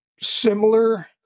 similar